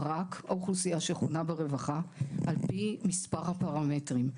רק האוכלוסייה שחונה ברווחה - על פי מספר פרמטרים.